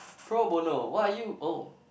pro bono what are you oh